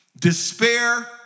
despair